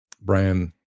Brian